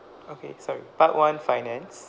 okay sorry part one finance